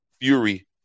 fury